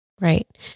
Right